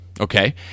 okay